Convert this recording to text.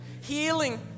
healing